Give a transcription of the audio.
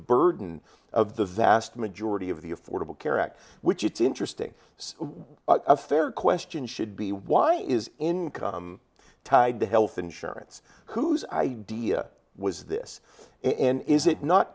burden of the vast majority of the affordable care act which it's interesting a fair question should be why is income tied to health insurance whose idea was this and is it not